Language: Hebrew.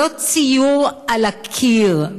לא ציור על הקיר.